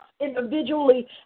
individually